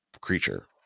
creature